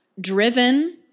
driven